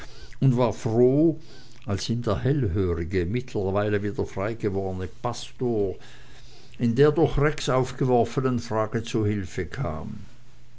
und war froh als ihm der hellhörige mittlerweile wieder frei gewordene pastor in der durch rex aufgeworfenen frage zu hilfe kam